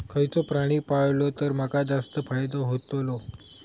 खयचो प्राणी पाळलो तर माका जास्त फायदो होतोलो?